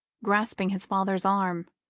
grasping his father's arm.